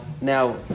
now